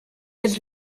has